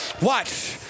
Watch